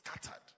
scattered